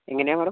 എങ്ങനെയാണ് മാഡം